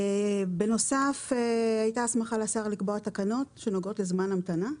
בנוסף הייתה הסמכה לשר לקבוע תקנות שנוגעות לזמן המתנה.